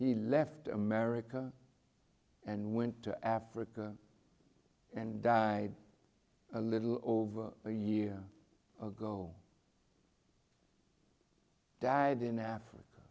he left america and went to africa and die a little over a year ago died in africa